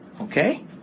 Okay